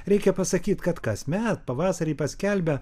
reikia pasakyt kad kasmet pavasarį paskelbia